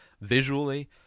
visually